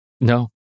No